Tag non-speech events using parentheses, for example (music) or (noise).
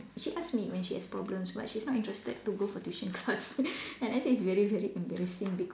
she asks me when she has problems but she's not interested to go for tuition class (laughs) and I said it's very very embarrassing because